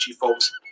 folks